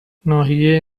ناحیه